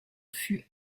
fut